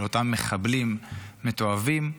של אותם מחבלים מתועבים,